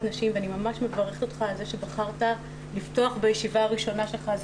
נשים ואני ממש מברכת אותך על זה שבחרת לפתוח בכך בישיבה הראשונה שלך,